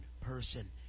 person